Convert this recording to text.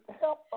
help